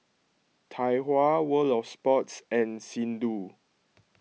Tai Hua World of Sports and Xndo